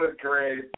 great